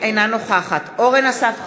אינה נוכחת אורן אסף חזן,